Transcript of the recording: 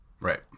Right